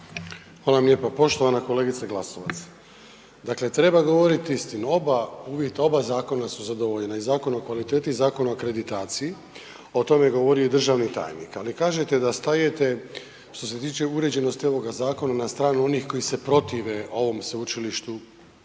Hvala vam lijepa. Poštovana kolegice Glasovac, dakle treba govorit istinu. Oba uvjeta, oba zakona su zadovoljena i Zakon o kvaliteti i Zakon o akreditaciji, o tome je govorio i državni tajnik. Ali kažete da stajete, što se tiče uređenosti ovoga zakona, na stranu onih koji se protive ovom sveučilištu